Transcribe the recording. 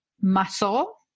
muscle